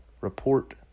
report